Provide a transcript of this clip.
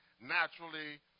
naturally